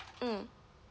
mm